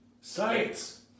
Science